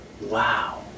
wow